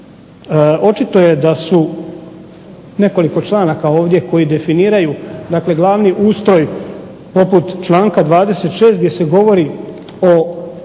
očito je da su nekoliko članaka ovdje koji definiraju dakle glavni ustroj poput članka 26. gdje se govori o ustroju